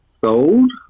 sold